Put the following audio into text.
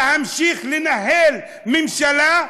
להמשיך לנהל ממשלה,